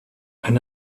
ein